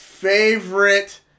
favorite